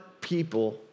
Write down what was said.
people